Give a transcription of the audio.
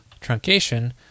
truncation